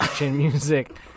Music